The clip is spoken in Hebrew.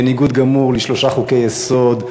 בניגוד גמור לשלושה חוקי-יסוד,